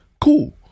Cool